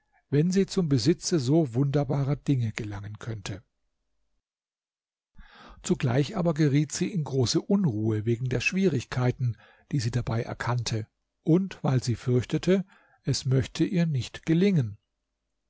wenn sie zum besitze so wunderbarer dinge gelangen könnte zugleich aber geriet sie in große unruhe wegen der schwierigkeiten die sie dabei erkannte und weil sie fürchtete es möchte ihr nicht gelingen